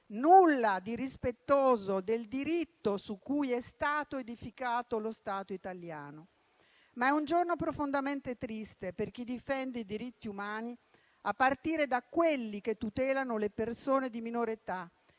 nulla di rispettoso del diritto su cui è stato edificato lo Stato italiano. Questo, però, è un giorno profondamente triste per chi difende i diritti umani, a partire da quelli che tutelano le persone di minore età